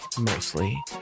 mostly